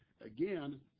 Again